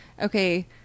okay